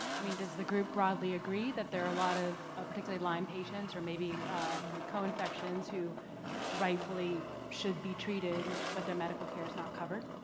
i mean, does the group broadly agree that there are a lot of ah particularly lyme patients or maybe co-infections who rightfully should be treated, but their medical care is not covered?